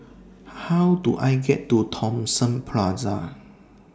How Do I get to Thomson Plaza